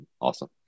awesome